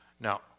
Now